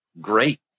Great